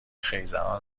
خیزران